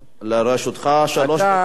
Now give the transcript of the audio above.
לרשותך שלוש דקות.